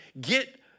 get